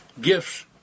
gifts